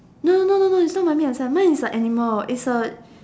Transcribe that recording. no no no no no is not mummy and Sam mine is a animal is a